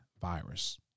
virus